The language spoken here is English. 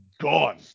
gone